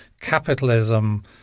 capitalism